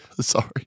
Sorry